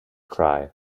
cry